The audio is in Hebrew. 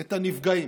את הנפגעים.